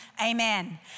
amen